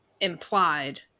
implied